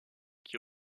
qui